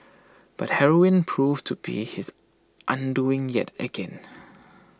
but heroin proved to be his undoing yet again